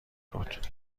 بود